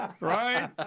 Right